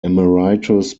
emeritus